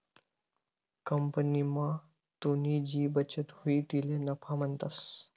कंपनीमा तुनी जी बचत हुई तिले नफा म्हणतंस